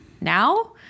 Now